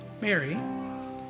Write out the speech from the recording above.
Mary